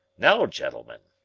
now, gentlemen,